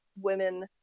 women